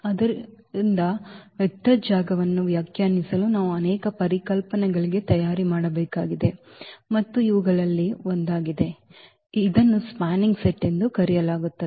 ಆದ್ದರಿಂದ ವೆಕ್ಟರ್ ಜಾಗವನ್ನು ವ್ಯಾಖ್ಯಾನಿಸಲು ನಾವು ಅನೇಕ ಪರಿಕಲ್ಪನೆಗಳಿಗೆ ತಯಾರಿ ಮಾಡಬೇಕಾಗಿದೆ ಮತ್ತು ಇದು ಅವುಗಳಲ್ಲಿ ಒಂದಾಗಿದೆ ಇದನ್ನು ಸ್ಪ್ಯಾನಿಂಗ್ ಸೆಟ್ ಎಂದು ಕರೆಯಲಾಗುತ್ತದೆ